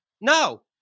No